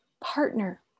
Partner